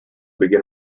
begin